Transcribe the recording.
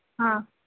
हां